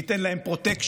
ניתן להם פרוטקשן,